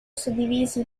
suddivisi